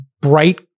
bright